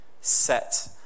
set